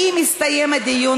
ואם הסתיים הדיון",